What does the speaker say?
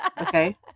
Okay